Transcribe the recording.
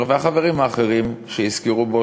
עמר והחברים האחרים שהזכירו פה,